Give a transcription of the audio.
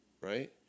right